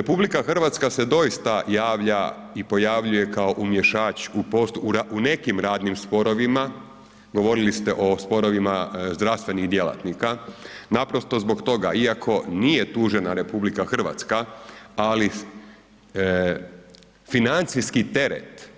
RH se doista javlja i pojavljuje kao umješač u nekim radnim sporovima, govorili ste o sporovima zdravstvenih djelatnika naprosto zbog toga iako nije tužena RH ali financijski teret